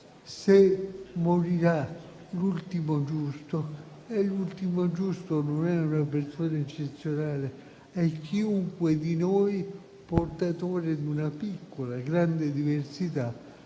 se morirà l'ultimo giusto - e l'ultimo giusto non è una persona eccezionale: è chiunque di noi, portatore di una piccola o grande diversità